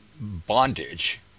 bondage